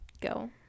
Go